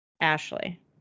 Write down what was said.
Ashley